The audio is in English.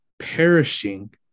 perishing